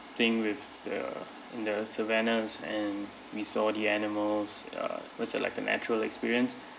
thing with the the savannas and we saw the animals err was a like a natural experience